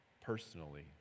personally